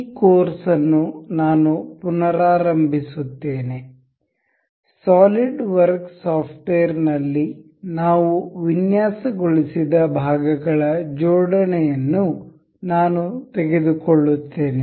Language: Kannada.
ಈ ಕೋರ್ಸ್ ಅನ್ನು ನಾನು ಪುನರಾರಂಭಿಸುತ್ತೇನೆ ಸಾಲಿಡ್ವರ್ಕ್ಸ್ ಸಾಫ್ಟ್ವೇರ್ ನಲ್ಲಿ ನಾವು ವಿನ್ಯಾಸಗೊಳಿಸಿದ ಭಾಗಗಳ ಜೋಡಣೆಯನ್ನು ನಾನು ತೆಗೆದುಕೊಳ್ಳುತ್ತೇನೆ